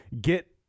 get